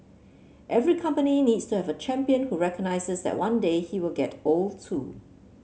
every company needs to have a champion who recognises that one day he will get old too